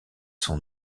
sont